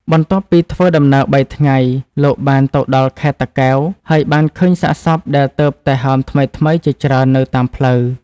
បន្ទាប់ពីធ្វើដំណើរ ៣ ថ្ងៃ លោកបានទៅដល់ខេត្តតាកែវ ហើយបានឃើញសាកសពដែលទើបតែហើមថ្មីៗជាច្រើននៅតាមផ្លូវ។